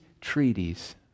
treaties